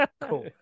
Cool